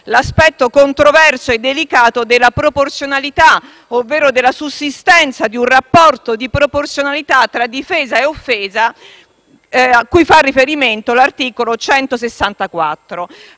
l'aspetto controverso e delicato della proporzionalità, ovvero della sussistenza di un rapporto di proporzionalità tra difesa e offesa cui fa riferimento l'articolo 614